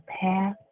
path